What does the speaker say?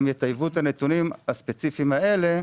הלמ"ס אמרו שהם יטייבו את הנתונים הספציפיים האלה.